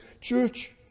church